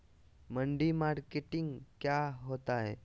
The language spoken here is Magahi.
मंडी मार्केटिंग क्या होता है?